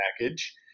package